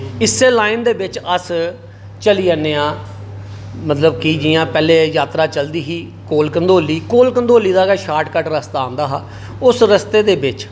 इस्सै लाइन दे बिच अस चली जन्ने आं मतलब कि पेह्ले यात्रा चलदी ही कोल कंडोली कोल कंडोली दा गै शार्ट कट्ट् रस्ता आंदा हा उस रस्ते दे बिच